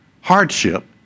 hardship